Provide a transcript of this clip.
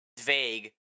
vague